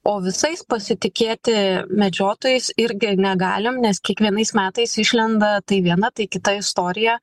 o visais pasitikėti medžiotojais irgi negalim nes kiekvienais metais išlenda tai viena tai kita istorija